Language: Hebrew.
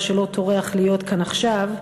הממשלה, שלא טורח להיות כאן עכשיו,